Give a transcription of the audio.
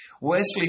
Wesley